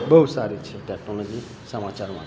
બહુ સારી છે ટેકનોલોજી સમાચાર માટે